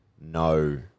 no